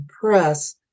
Press